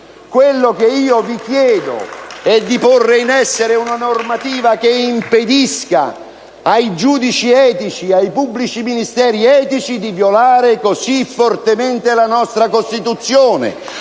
Quello che io vi chiedo è di porre in essere una normativa che impedisca ai giudici etici, ai pubblici ministeri etici di violare così fortemente la nostra Costituzione!